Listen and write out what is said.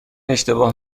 اشتباه